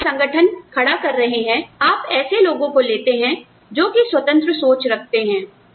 जब आप एक संगठन खड़ा कर रहे हैं आप ऐसे लोगों को लेते हैं जो कि स्वतंत्र सोच रखते हैं